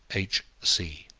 h. c.